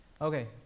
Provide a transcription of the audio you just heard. Okay